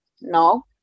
no